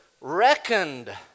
reckoned